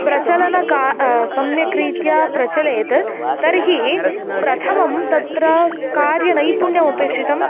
प्रचलनं सम्यक्रीत्या प्रचलेत् तर्हि प्रथमं तत्र कार्यनैपुण्यमपेक्षितम्